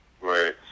Right